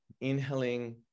inhaling